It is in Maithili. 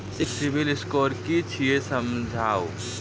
सिविल स्कोर कि छियै समझाऊ?